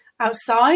outside